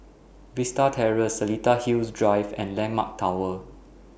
Vista Terrace Seletar Hills Drive and Landmark Tower